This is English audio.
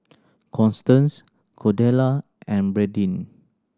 Constance Cordella and Bradyn